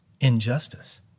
injustice